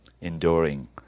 enduring